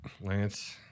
Lance